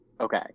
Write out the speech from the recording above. okay